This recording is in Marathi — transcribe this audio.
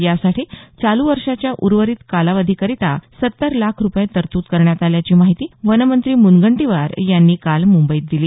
यासाठी चालू वर्षाच्या उर्वरित कालावधीकरता सत्तर लाख रुपये तरतूद करण्यात आल्याची माहिती वनमंत्री मुनगंटीवार यांनी काल मुंबईत दिली